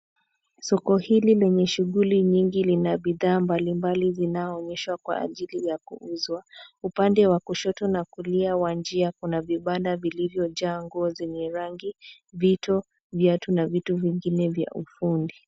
Soko hili lenye shughuli nyingi Lina bidhaa mbalimbali zinao onyeshwa kwa ajili ya kuuzwa. Upande wa kushoto wa kulia wa njia, kuna vibanda vilivyojaa nguo zenye rangi, vito, viatu na vitu vingine vya ufundi.